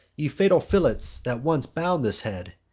ye fatal fillets, that once bound this head!